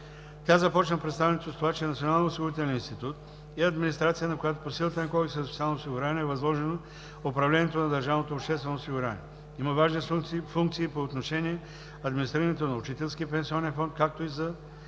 Тя започна представянето си с това, че Националният осигурителен институт е администрация, на която по силата на Кодекса за социално осигуряване е възложено управлението на държавното обществено осигуряване. Има важни функции и по отношение администрирането на Учителския пенсионен фонд, както и за